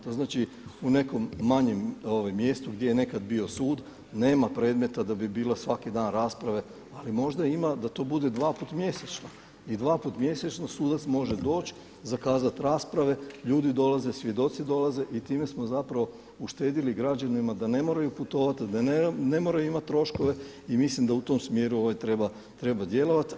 To znači u nekom manjem mjestu gdje je nekad bio sud nema predmeta da bi bila svaki dan rasprave ali možda ima da to bude dva put mjesečno i dva put mjesečno sudac može doć zakazat rasprave, ljudi dolaze, svjedoci dolaze i time smo uštedili građanima da ne moraju putovati, da ne moraju imati troškove i mislim da u tom smjeru treba djelovati.